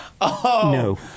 No